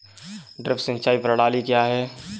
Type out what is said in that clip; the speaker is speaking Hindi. ड्रिप सिंचाई प्रणाली क्या है?